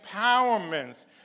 empowerments